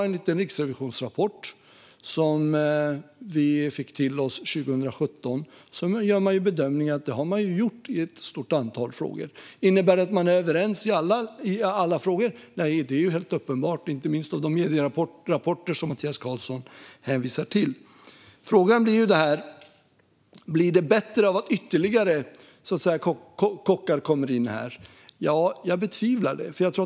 Enligt den riksrevisionsrapport vi fick 2017 gjordes bedömningen att bolaget har gjort det i ett stort antal fall. Innebär det att man är överens i alla frågor? Nej, det är helt uppenbart att man inte är det. Det framgår inte minst av de medierapporter som Mattias Karlsson hänvisar till. Frågan är om det blir bättre om ytterligare kockar kommer in i detta. Jag betvivlar det.